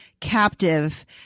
captive